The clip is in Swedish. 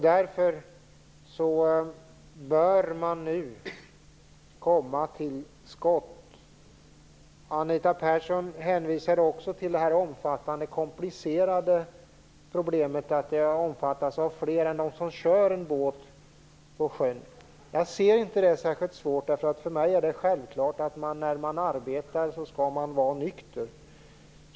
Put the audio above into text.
Därför bör man nu komma till skott. Anita Persson hänvisade till det omfattande och komplicerade problemet att lagen omfattar fler än de som kör en båt på sjön. Jag ser inte det som något särskilt svårt. För mig är det nämligen självklart att man skall vara nykter när man arbetar.